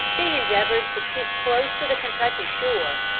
they endeavored to keep close to the kentucky shore.